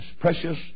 precious